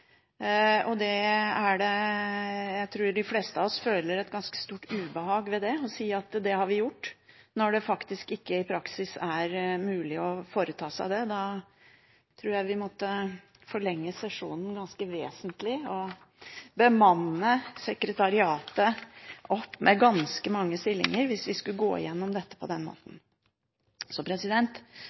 ikke mulig å gjøre. Jeg tror de fleste av oss føler et ganske stort ubehag ved å si at vi har gjort det, når det i praksis faktisk ikke er mulig å gjøre det. Jeg tror vi måtte forlenge sesjonen ganske vesentlig og bemanne sekretariatet opp med ganske mange stillinger hvis vi skulle gå gjennom dette på den måten.